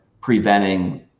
preventing